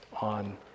on